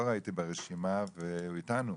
לא ראיתי ברשימה והוא אתנו.